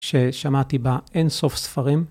ששמעתי בה אין סוף ספרים.